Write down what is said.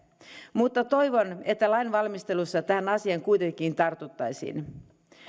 mutta toivon että lainvalmistelussa tähän asiaan kuitenkin tartuttaisiin